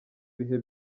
bihe